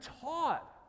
taught